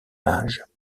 mages